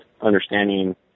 understanding